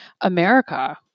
America